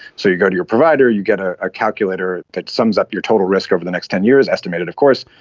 so you go to your provider, you get ah a calculator that sums up your total risk over the next ten years, estimated of course,